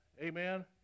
Amen